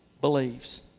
believes